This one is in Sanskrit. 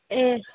ए